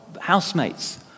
housemates